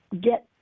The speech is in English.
get